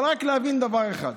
אבל רק להבין דבר אחד.